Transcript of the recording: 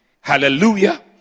Hallelujah